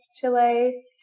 Chile